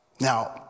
Now